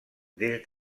des